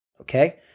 okay